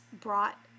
brought